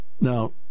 now